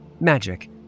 magic